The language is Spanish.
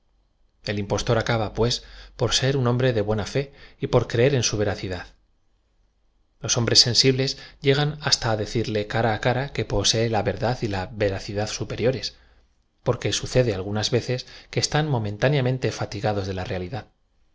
el impostor acaba pues por ser un hombre de buena fe y por creer en su veracidad los hombres sensibles llegan basta á decirle cara á cara que posee la verdad y la veracidad superiores porque sucede algunas vecee que están momentáneamente fatigados de la realidad